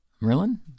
Merlin